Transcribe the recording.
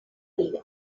liga